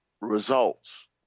results